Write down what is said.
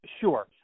sure